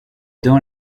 dans